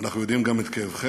אנחנו יודעים גם את כאבכם,